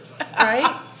right